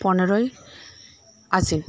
পনেরোই আশ্বিন